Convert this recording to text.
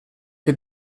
che